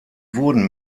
wurden